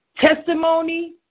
testimony